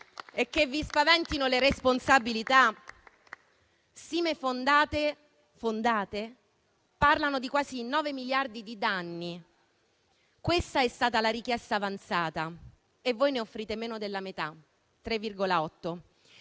è che vi spaventino le responsabilità. Stime fondate parlano di quasi nove miliardi di euro di danni. Questa è stata la richiesta avanzata e voi ne offrite meno della metà,